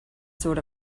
sort